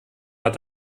hat